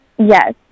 Yes